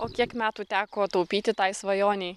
o kiek metų teko taupyti tai svajonei